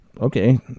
Okay